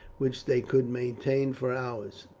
which they could maintain for hours.